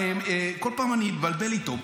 כל פעם אני מתבלבל איתו,